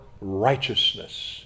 righteousness